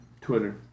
Twitter